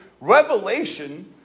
revelation